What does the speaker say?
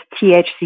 THC